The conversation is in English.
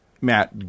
matt